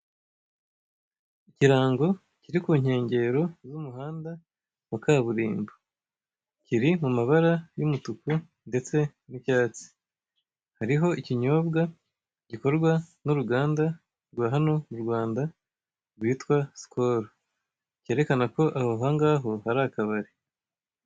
Ikirango kiri ku nkengero z'umuhanda wa kaburimbo, kiri mu mabara y'umutuku ndetse n'icyatsi, hariho ikinyobwa gikorwa n'uruganda rwa hano mu Rwanda rwitwa Skol, cyerekana ko aho ngaho hari akabari.